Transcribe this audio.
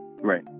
right